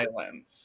islands